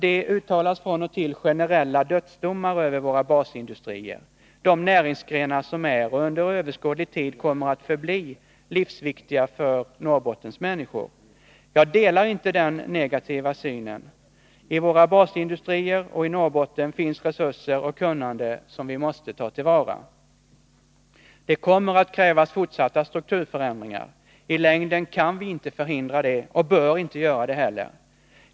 Det uttalas från och till generella dödsdomar över våra basindustrier, de näringsgrenar som är, och under överskådlig tid kommer att förbli, livsviktiga för Norrbottens människor. Jag delar inte den negativa synen. I våra basindustrier och i Norrbotten finns resurser och kunnande som vi måste ta till vara. Det kommer att krävas fortsatta strukturförändringar. I längden kan vi inte förhindra det, och bör inte göra det heller.